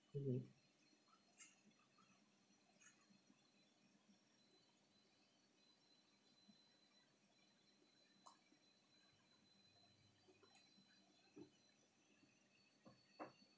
mmhmm